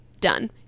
done